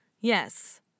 Yes